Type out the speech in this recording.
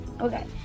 Okay